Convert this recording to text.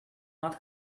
not